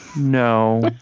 no.